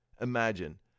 Imagine